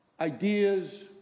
Ideas